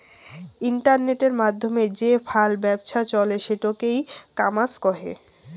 ইন্টারনেটের মাধ্যমে যে ফাল ব্যপছা চলে সেটোকে ই কমার্স কহে